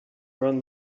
run